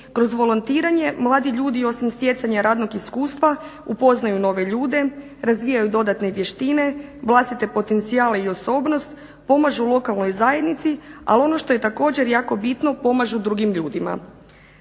Kroz volontiranje mladi ljudi osim stjecanja radnog iskustva upoznaju nove ljude, razvijaju dodatne vještine, vlastite potencijale i osobnost, pomažu lokalnoj zajednici, al ono što je također jako bitno pomažu drugim ljudima.